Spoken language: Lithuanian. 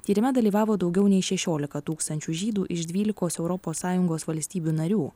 tyrime dalyvavo daugiau nei šešiolika tūkstančių žydų iš dvylikos europos sąjungos valstybių narių